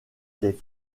des